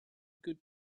good